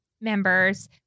members